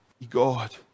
God